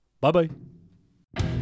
bye-bye